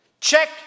Check